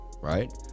Right